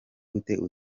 gute